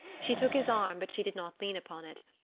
she took his arm, but she did not lean upon it.